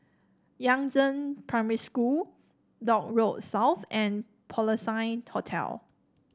Yangzheng Primary School Dock Road South and Porcelain Hotel